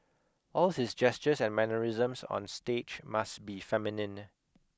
all his gestures and mannerisms on stage must be feminine